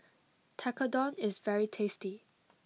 Tekkadon is very tasty